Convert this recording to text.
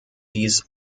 dies